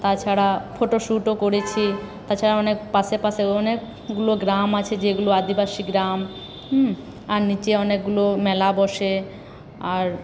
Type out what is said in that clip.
তাছাড়া ফটো শ্যুটও করেছি তাছাড়া অনেক পাশে পাশে অনেকগুলো গ্রাম আছে যেগুলো আদিবাসী গ্রাম হুম আর নিচে অনেকগুলো মেলা বসে আর